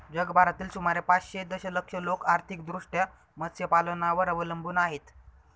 जगभरातील सुमारे पाचशे दशलक्ष लोक आर्थिकदृष्ट्या मत्स्यपालनावर अवलंबून आहेत